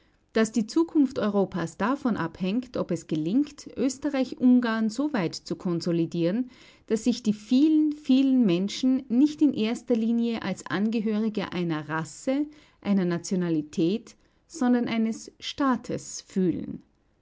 daß die zukunft europas davon abhängt ob es gelingt österreich-ungarn soweit zu konsolidieren daß sich die vielen vielen menschen nicht in erster linie als angehörige einer rasse einer nationalität sondern eines staates fühlen